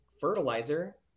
fertilizer